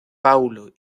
paulo